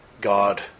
God